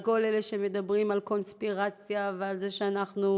על כל אלה שמדברים על קונספירציה ועל זה שאנחנו,